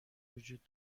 وجود